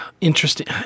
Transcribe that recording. interesting